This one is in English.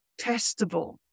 testable